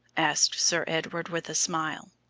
asked sir edward, with a smile.